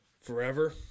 Forever